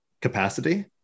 capacity